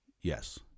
yes